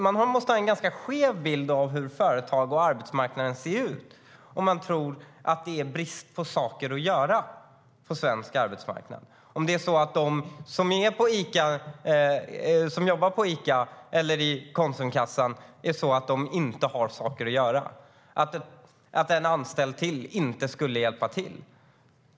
Man måste ha en ganska skev bild av hur företag och arbetsmarknaden ser ut om man tror att det råder brist på saker att göra på svensk arbetsmarknad. Man verkar tro att de som jobbar på ICA eller i Konsumkassan inte har saker att göra och att ytterligare en anställd inte skulle vara till någon hjälp.